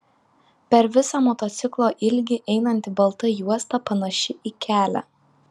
per visą motociklo ilgį einanti balta juosta panaši į kelią